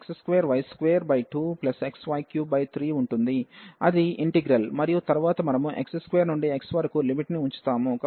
కాబట్టి మనకు x2y22xy33 ఉంటుంది అది ఇంటిగ్రల్ మరియు తరువాత మనము x2నుండి x వరకు లిమిట్ ని ఉంచుతాము